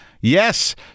Yes